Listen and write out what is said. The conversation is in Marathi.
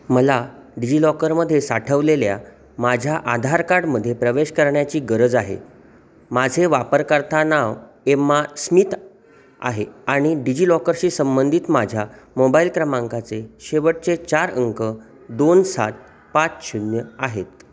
मला डिजि लॉकरमध्ये साठवलेल्या माझ्या आधार कार्डमध्ये प्रवेश करण्याची गरज आहे माझे वापरकर्ता नाव एम्मा स्मित आहे आणि डिजि लॉकरशी संबंधित माझ्या मोबाईल क्रमांकाचे शेवटचे चार अंक दोन सात पाच शून्य आहेत